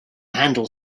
handle